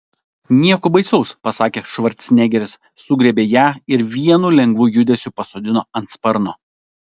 nieko baisaus pasakė švarcnegeris sugriebė ją ir vienu lengvu judesiu pasodino ant sparno